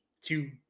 two